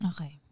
Okay